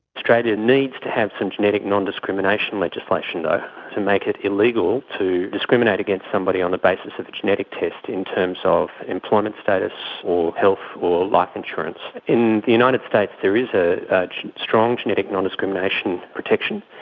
australia needs to have some genetic non-discrimination legislation though to make it illegal to discriminate against somebody on the basis of genetic tests in terms of employment status or health or life insurance. in the united states there is ah strong genetic non-discrimination protection.